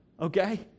Okay